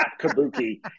Kabuki